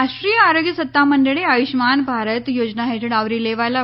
રાષ્ટ્રીય આરોગ્ય સત્તામંડળે આયુષ્યમાન ભારત યોજના હેઠળ આવરી લેવાયેલા